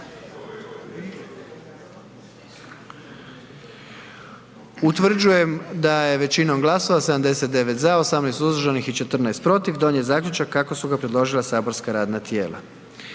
Utvrđujem da je većinom glasova 97 za, 19 suzdržanih donijet zaključak kako je predložilo matično saborsko radno tijelo.